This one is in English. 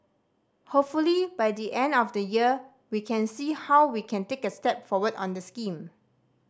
hopefully by the end of the year we can see how we can take a step forward on the scheme